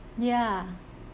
ya